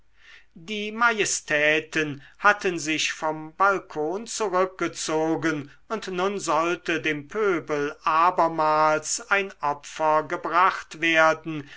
die majestäten hatten sich vom balkon zurückgezogen und nun sollte dem pöbel abermals ein opfer gebracht werden